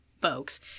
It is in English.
folks